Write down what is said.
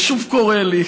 קורה לי.